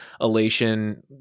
elation